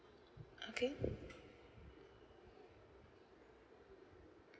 okay